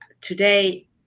today